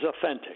authentic